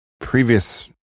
previous